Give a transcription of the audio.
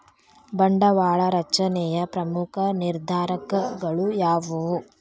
ಬಂಡವಾಳ ರಚನೆಯ ಪ್ರಮುಖ ನಿರ್ಧಾರಕಗಳು ಯಾವುವು